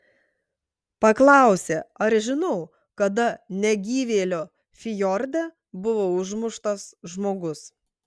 paklausė ar žinau kada negyvėlio fjorde buvo užmuštas žmogus